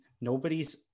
nobody's